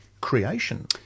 creation